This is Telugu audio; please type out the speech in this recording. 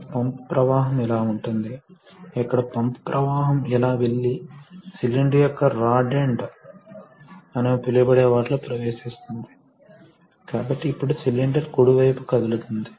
ఇప్పుడు మనము ప్రధాన భాగానికి వచ్చాము కాబట్టి మొదట పంప్ పంప్ అనేది హైడ్రాలిక్ ఎనర్జీ యొక్క జనరేటర్ ఇది ప్రవాహం రేటు వద్ద ద్రవాన్ని సరఫరా చేస్తుంది మరియు ఇది లోడ్ ద్వారా ఇచ్చిన ప్రెషర్ లో నిర్ణయించబడుతుంది